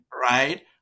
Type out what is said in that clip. Right